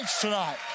tonight